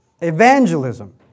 evangelism